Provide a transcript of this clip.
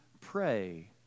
pray